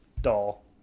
doll